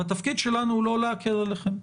והתפקיד שלנו הוא לא להקל עליכם.